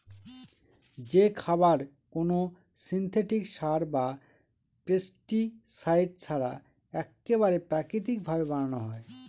যে খাবার কোনো সিনথেটিক সার বা পেস্টিসাইড ছাড়া এক্কেবারে প্রাকৃতিক ভাবে বানানো হয়